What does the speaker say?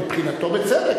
מבחינתו בצדק,